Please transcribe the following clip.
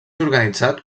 organitzat